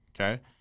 okay